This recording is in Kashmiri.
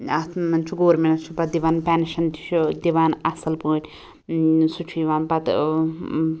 اتھ مَنٛز چھُ گورمیٚنٛٹ چھُ پَتہٕ دوان پیٚنشَن تہِ چھُ دوان اصٕل پٲٹھۍ سُہ چھُ یوان پَتہٕ ٲں